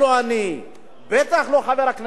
בטח לא חבר הכנסת ניצן הורוביץ,